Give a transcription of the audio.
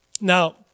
Now